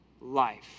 life